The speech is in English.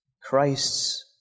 Christ's